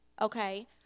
okay